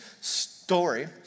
story